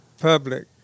public